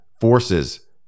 forces